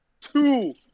two